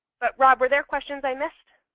but rob, were there questions i missed?